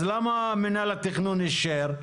אז למה מנהל התכנון אישר?